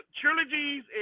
trilogies